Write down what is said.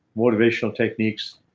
motivational techniques,